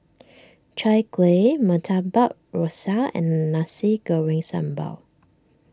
Chai Kueh Murtabak Rusa and Nasi Goreng Sambal